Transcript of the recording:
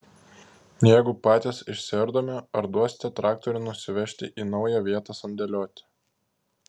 jeigu patys išsiardome ar duosite traktorių nusivežti į naują vietą sandėliuoti